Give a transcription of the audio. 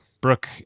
Brooke